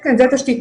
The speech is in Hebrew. כן, זה תשתיתית.